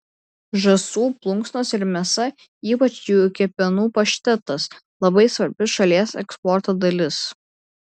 žąsų plunksnos ir mėsa ypač jų kepenų paštetas labai svarbi šalies eksporto dalis